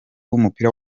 w’umupira